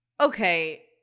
Okay